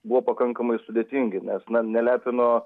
buvo pakankamai sudėtingi nes na nelepino